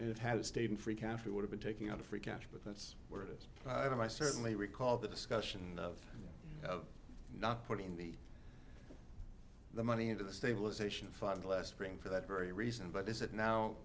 fund it has stayed in free country would have been taking on a free cash but that's where it is right and i certainly recall the discussion of of not putting the the money into the stabilization fund last spring for that very reason but is that now